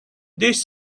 these